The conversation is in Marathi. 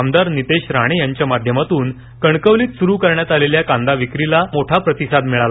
आमदार नितेश राणे यांच्या माध्यमात्न कणकवलीत सुरू करण्यात आलेल्या कांदा विक्रीला जनतेनं मोठा प्रतिसाद दिला